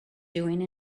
doing